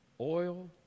Oil